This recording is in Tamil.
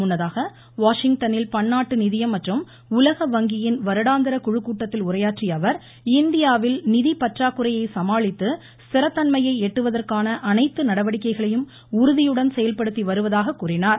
முன்னதாக வாஷிங்டனில் பன்னாட்டு நிதியம் மற்றும் உலக வங்கியின் வருடாந்திர குழு கூட்டத்தில் உரையாற்றியஅவர் இந்தியாவில் நிதி பற்றாக்குறையை சமாளித்து ஸ்திர தன்மையை எட்டுவதற்கான அனைத்து நடவடிக்கைகளையும் உறுதியுடன் செயல்படுத்தி வருவதாக கூறினார்